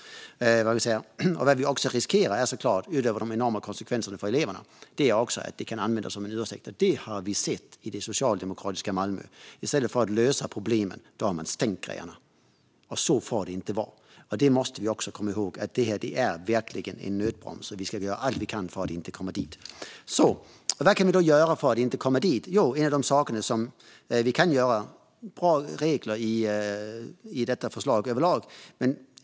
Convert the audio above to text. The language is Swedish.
Vad vi riskerar utöver de enorma konsekvenserna för eleverna är att det här kan användas som en ursäkt. Det har vi sett i det socialdemokratiska Malmö. I stället för att lösa problemen har man stängt skolor. Så får det inte vara. Vi måste komma ihåg att det här verkligen är en nödbroms och att vi ska göra allt vi kan för att inte komma dit. Vad kan vi då göra för att inte komma dit? Jo, det finns flera saker vi kan göra. Det är överlag bra regler som föreslås i detta betänkande.